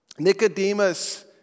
Nicodemus